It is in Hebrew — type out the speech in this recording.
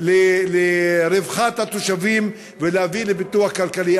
לרווחת התושבים ולהבאה לפיתוח כלכלי.